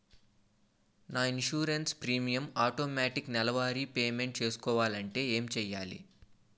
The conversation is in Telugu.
నా ఇన్సురెన్స్ ప్రీమియం ఆటోమేటిక్ నెలవారి పే మెంట్ చేసుకోవాలంటే ఏంటి చేయాలి?